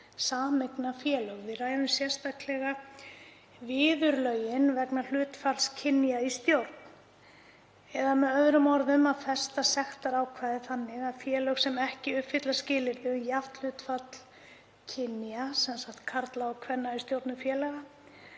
sameignarfélög. Við ræðum sérstaklega viðurlög vegna hlutfalls kynja í stjórn eða með öðrum orðum að festa sektarákvæði þannig að félög sem ekki uppfylla skilyrði um jafnt hlutfall kynja, karla og kvenna, í stjórnum félaga